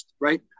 right